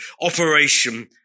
operation